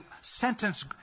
sentence